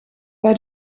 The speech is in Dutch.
bij